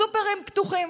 הסופרים פתוחים,